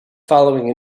following